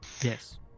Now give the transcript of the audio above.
yes